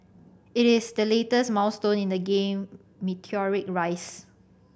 it is the latest milestone in the game meteoric rise